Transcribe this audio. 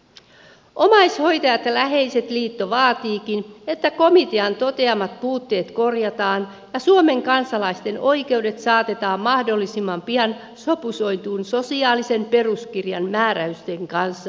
omais hoitajat ja läheiset liitto vaatiikin että komitean toteamat puutteet korjataan ja suomen kansalaisten oikeudet saatetaan mahdollisimman pian sopusointuun sosiaalisen peruskirjan määräysten kanssa